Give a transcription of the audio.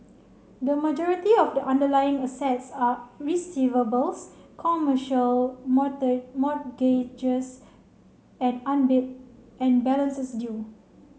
the majority of the underlying assets are receivables commercial mortgages and balances due